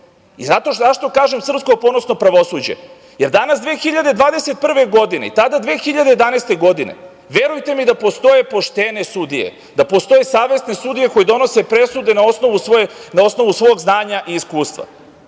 pravosuđa.Zašto kažem srpsko ponosno pravosuđe? Jer, danas 2021. godine, tada 2011. godine, verujte mi da postoje poštene sudije, da postoje savesne sudije koje donose presude na osnovu svog znanja i iskustva.